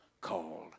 called